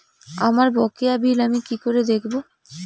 আমার বকেয়া বিল আমি কি করে দেখব?